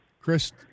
Chris